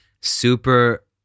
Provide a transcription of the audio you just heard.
super